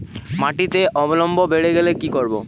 মাটিতে অম্লত্ব বেড়েগেলে কি করব?